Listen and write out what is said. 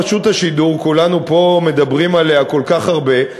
רשות השידור: כולנו פה מדברים עליה כל כך הרבה.